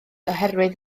oherwydd